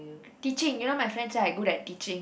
teaching you know my friends say I good at teaching